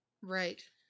Right